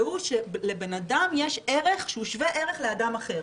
והוא שלבן אדם שהוא ערך שהוא שווה ערך לאדם אחר.